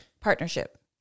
partnership